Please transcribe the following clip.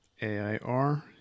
AIR